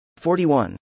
41